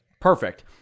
Perfect